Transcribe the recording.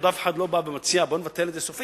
עוד אף אחד לא בא ומציע: בואו ונבטל את זה סופית.